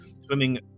Swimming